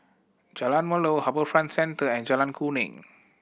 Jalan Melor HarbourFront Centre and Jalan Kuning